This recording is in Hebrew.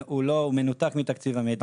הוא מנותק מתקציב המדינה.